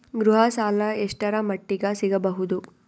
ಗೃಹ ಸಾಲ ಎಷ್ಟರ ಮಟ್ಟಿಗ ಸಿಗಬಹುದು?